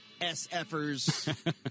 S-effers